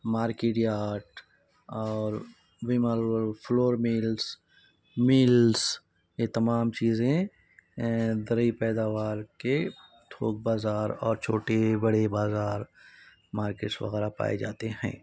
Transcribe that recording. market yard اور ویمل flour mills mills یہ تمام چیزیں زرعی پیداوار کے تھوک بازار اور چھوٹے بڑے بازار مارکیٹس وغیرہ پائے جاتے ہیں